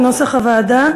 הוועדה.